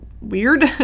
weird